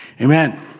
Amen